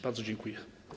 Bardzo dziękuję.